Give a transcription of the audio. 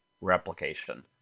replication